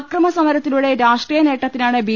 അക്രമ സമരത്തിലൂടെ രാഷ്ട്രീയ നേട്ട ത്തി നാണ് ബി